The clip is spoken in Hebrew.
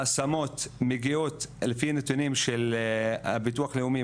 ההשמות מגיעות על פי נתונים של ביטוח לאומי,